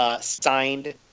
signed